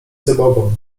zabobon